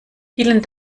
vielen